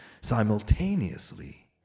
Simultaneously